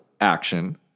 action